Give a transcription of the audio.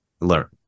Learn